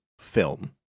film